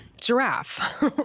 giraffe